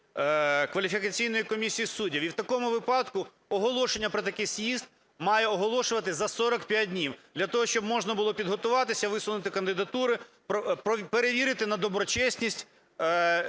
кваліфікаційної комісії судді, і в такому випадку оголошення про такий з'їзд має оголошуватися за 45 днів для того, щоб можна було підготуватися, висунути кандидатури, перевірити на доброчесність